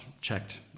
checked